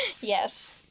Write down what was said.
Yes